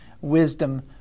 Wisdom